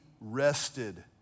rested